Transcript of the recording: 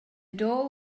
door